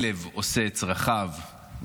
כלב עושה את צרכיו,